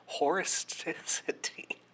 horisticity